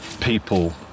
people